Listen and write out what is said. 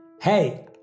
Hey